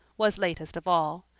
was latest of all.